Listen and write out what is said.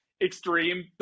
extreme